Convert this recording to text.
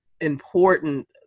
important